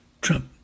Trump